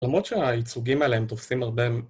למרות שהייצוגים האלה הם תופסים הרבה...